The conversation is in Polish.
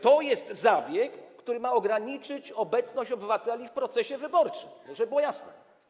To jest zabieg, który ma ograniczyć obecność obywateli w procesie wyborczym, żeby było jasne.